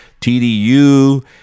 TDU